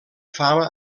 fama